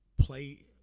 play